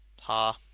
ha